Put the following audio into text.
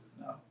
no